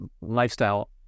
lifestyle